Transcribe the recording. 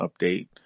update